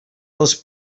dels